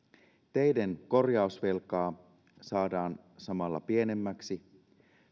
teiden korjausvelkaa saadaan samalla pienemmäksi